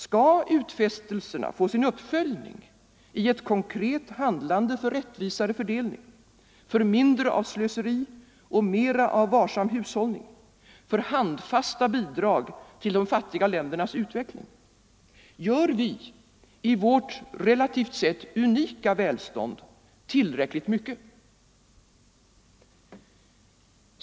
Skall utfästelserna få sin uppföljning i ett konkret handlande för rättvisare fördelning, för mindre av slöseri och mera av varsam hushållning, för handfasta bidrag till de fattiga ländernas utveckling? Gör vi, i vårt relativt sett unika välstånd, tillräckligt?